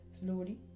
slowly